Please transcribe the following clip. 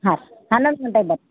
ಹಾಂ ರೀ ಹನ್ನೊಂದು ಗಂಟೆಗೆ ಬನ್ರಿ